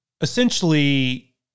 Essentially